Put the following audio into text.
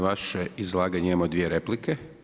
Na vaše izlaganje imamo dvije replike.